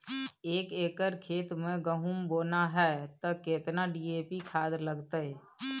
एक एकर खेत मे गहुम बोना है त केतना डी.ए.पी खाद लगतै?